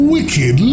Wicked